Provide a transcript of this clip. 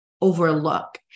overlook